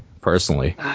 personally